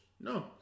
no